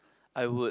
I would